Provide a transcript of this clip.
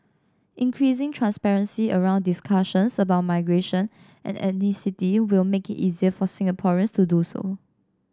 increasing transparency around discussions about migration and ethnicity will make it easier for Singaporeans to do so